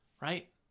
right